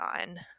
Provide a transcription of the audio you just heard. on